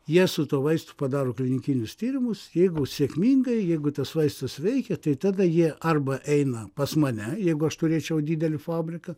jie su tuo vaistu padaro klinikinius tyrimus jeigu sėkmingai jeigu tas vaistas veikia tai tada jie arba eina pas mane jeigu aš turėčiau didelį fabriką